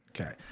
okay